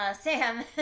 Sam